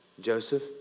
Joseph